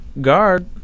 guard